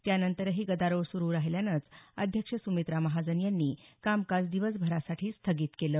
त्यानंतरही गदारोळ सुरुच राहिल्यानं अध्यक्ष सुमित्रा महाजन यांनी कामकाज दिवसभरासाठी स्थगित केलं